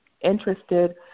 interested